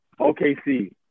OKC